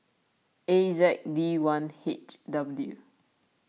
A Z D one H W